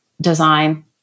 design